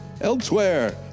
elsewhere